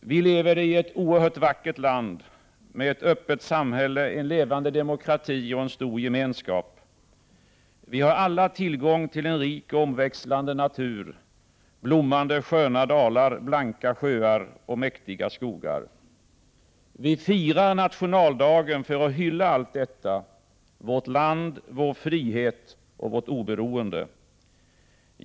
Vi lever i ett oerhört vackert land med ett öppet samhälle, en levande demokrati och en stor gemenskap. Vi har alla tillgång till en rik och omväxlande natur — blommande sköna dalar, blanka sjöar och mäktiga skogar. Vi firar nationaldagen för att hylla allt detta — vårt land, vår frihet och vårt oberoende.